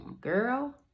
girl